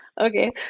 okay